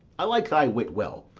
i like thy wit well,